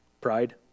Pride